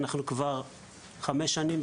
כי אנו מצויים בו כבר חמש שנים.